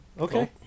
okay